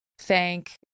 thank